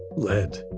lead.